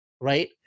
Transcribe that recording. Right